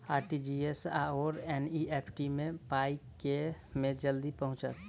RTGS आओर NEFT मे पाई केँ मे जल्दी पहुँचत?